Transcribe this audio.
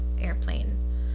airplane